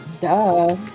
duh